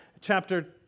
chapter